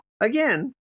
again